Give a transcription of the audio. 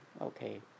okay